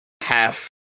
half